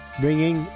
Bringing